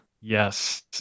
yes